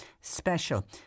special